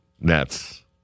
Nets